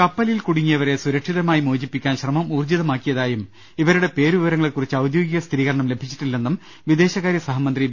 കപ്പലിൽ കുടുങ്ങിയവരെ സുരക്ഷിതരായി മോചിപ്പിക്കാൻ ശ്രമം ഊർജ്ജിതമാക്കിയതായും ഇവരുടെ പേരുവിവരങ്ങളെകുറിച്ച് ഔദ്യോഗിക സ്ഥിരീ കരണം ലഭിച്ചിട്ടില്ലെന്നും വിദേശകാര്യ സഹമന്ത്രി വി